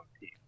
team